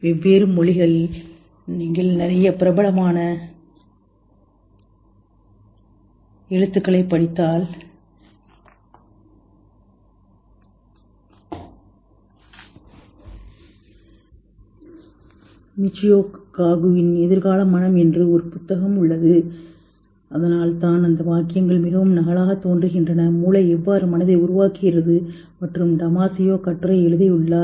வெவ்வேறு மொழியில் நீங்கள் நிறைய பிரபலமான எழுத்துக்களைப் படித்தால் மிச்சியோ காகுவின் எதிர்கால மனம் என்று ஒரு புத்தகம் உள்ளது அதனால்தான் இந்த வாக்கியங்கள் மிகவும் நகலாகத் தோன்றுகின்றன மூளை எவ்வாறு மனதை உருவாக்குகிறது மற்றும் டமாசியோ கட்டுரை எழுதியுள்ளார்